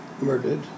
murdered